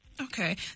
Okay